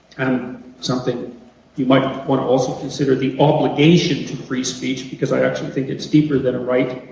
and something you might want also consider the obligation to free speech. because i actually think it's deeper than a right.